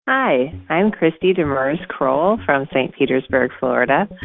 hi. i'm kristi demers-crowell from st. petersburg, fla. and